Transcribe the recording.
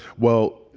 well,